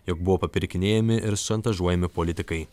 jog buvo papirkinėjami ir šantažuojami politikai